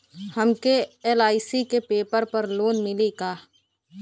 हमके एल.आई.सी के पेपर पर लोन मिली का?